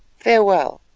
farewell,